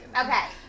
Okay